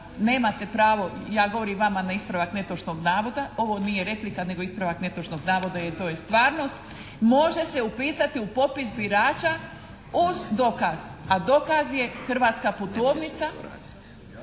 nemate pravo, ja govorim vama na ispravak netočnog navoda. Ovo nije replika nego ispravak netočnog navoda jer to je stvarnost. Može se upisati u popis birača uz dokaz a dokaz je hrvatska putovnica